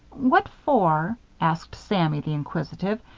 what for, asked sammy, the inquisitive,